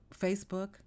facebook